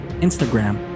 Instagram